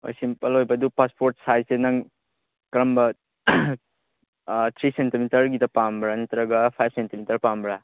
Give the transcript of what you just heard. ꯍꯣꯏ ꯁꯤꯝꯄꯜ ꯑꯣꯏꯕ ꯑꯗꯨ ꯄꯥꯁꯄꯣꯔꯠ ꯁꯥꯏꯖꯁꯦ ꯅꯪ ꯀꯔꯝꯕ ꯊ꯭ꯔꯤ ꯁꯦꯟꯇꯤꯃꯤꯇꯔꯒꯤꯗ ꯄꯥꯝꯕ꯭ꯔꯥ ꯅꯠꯇ꯭ꯔꯒ ꯐꯥꯏꯕ ꯁꯦꯟꯇꯤꯃꯤꯇꯔ ꯄꯥꯝꯕ꯭ꯔꯥ